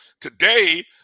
today